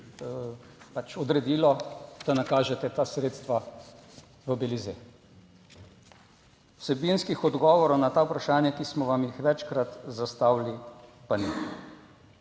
pač odredilo, da nakažete ta sredstva v Belize. Vsebinskih odgovorov na ta vprašanja, ki smo vam jih večkrat zastavili, pa ni.